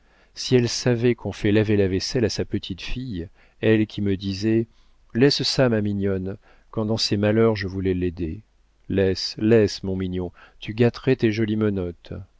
si elle savait qu'on fait laver la vaisselle à sa petite-fille elle qui me disait laisse ça ma mignonne quand dans ses malheurs je voulais l'aider laisse laisse mon mignon tu gâterais tes jolies menottes